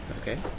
Okay